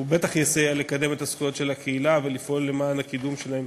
הוא בטח יסייע לקדם את הזכויות של הקהילה ולפעול למען הקידום שלהם